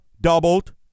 doubled